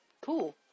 cool